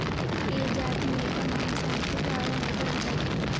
ఏ జాతి మేక మాంసానికి ప్రాధాన్యత ఉంటది?